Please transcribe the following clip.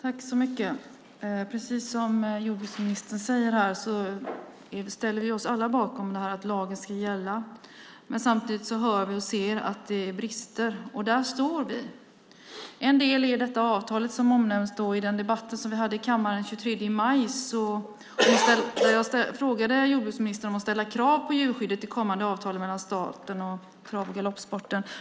Fru talman! Precis som jordbruksministern säger ställer vi oss alla bakom att lagen ska gälla. Samtidigt hör vi talas om och ser att det finns brister. Där står vi. En del är detta avtal som omnämndes i den debatt vi hade i kammaren den 23 maj. Jag frågade jordbruksministern om att ställa krav på djurskyddet i kommande avtal mellan staten och trav och galoppsporten.